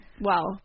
Wow